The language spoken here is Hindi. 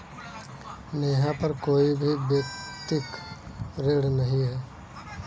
नेहा पर कोई भी व्यक्तिक ऋण नहीं है